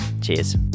cheers